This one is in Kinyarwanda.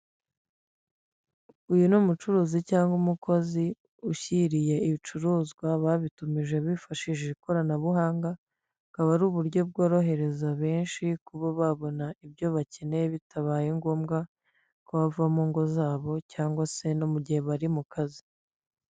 Uyu ni umucuruzi cyangwa umukozi ushyiriye ibicuruzwa babitumije bifashishije ikoranabuhanga, akaba ari uburyo bworohereza benshi kuba babona ibyo bakeneye bitabaye ngombwa ko bava mu ngo zabo cyangwa se no mu gihe bari mu kazi.